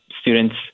students